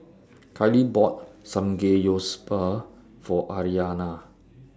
Kailee bought Samgeyopsal For Aryanna